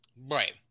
Right